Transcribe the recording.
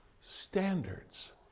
Standards